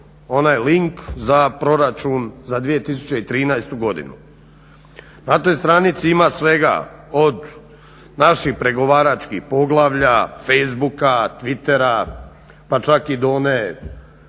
onaj link za proračun za 2013.godinu. Na toj stranici ima svega od naših pregovaračkih poglavlja, Facebooka, Twitera pa čak i do one